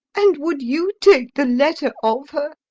and would you take the letter of her?